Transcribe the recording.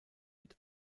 mit